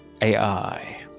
AI